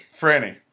Franny